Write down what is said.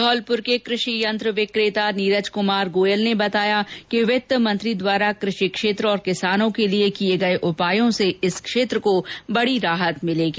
धौलपुर के कृषि यंत्र विकेता नीरज कुमार गोयल ने बताया कि वित्त मंत्री द्वारा कृषि क्षेत्र और किसानों के लिए किए गए उपायों से इस क्षेत्र को बड़ी राहत मिलेगी